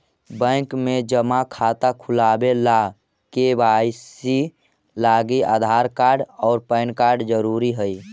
bank में जमा खाता खुलावे ला के.वाइ.सी लागी आधार कार्ड और पैन कार्ड ज़रूरी हई